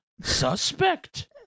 Suspect